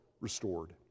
restored